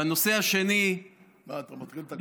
הנושא השני, מה, אתה מתחיל את הכול?